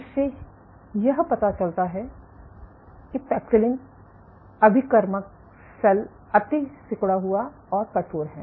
इससे यह पता चलता है कि पैक्सिलिन अभिकर्मक सेल अति सिकुड़ा हुआ और कठोर हैं